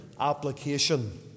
application